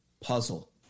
Puzzle